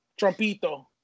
Trumpito